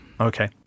Okay